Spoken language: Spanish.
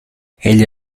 ella